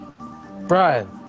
Brian